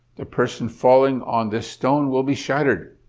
the person falling on this stone will be shattered.